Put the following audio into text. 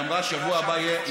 אמרה שבשבוע הבא יהיה,